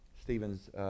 Stephen's